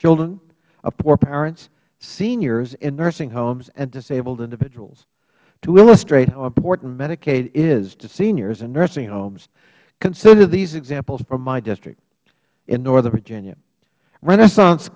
children of poor parents seniors in nursing homes and disabled individuals to illustrate how important medicaid is to seniors in nursing homes consider these examples from my district in northern virginia renaissance